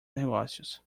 negócios